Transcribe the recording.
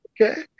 okay